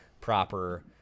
proper